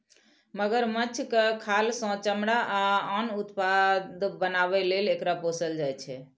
मगरमच्छक खाल सं चमड़ा आ आन उत्पाद बनाबै लेल एकरा पोसल जाइ छै